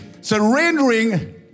Surrendering